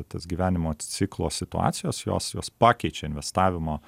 tas gyvenimo ciklo situacijos jos jos pakeičia investavimo